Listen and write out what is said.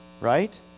Right